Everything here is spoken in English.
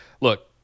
Look